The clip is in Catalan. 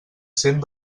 cent